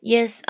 Yes